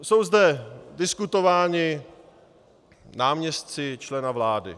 Jsou zde diskutováni náměstci člena vlády.